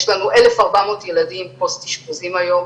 יש לנו 1,400 ילדים פוסט אשפוזיים היום,